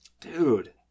Dude